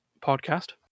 podcast